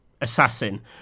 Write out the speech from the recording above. assassin